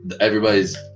everybody's